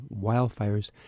wildfires